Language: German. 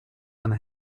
eine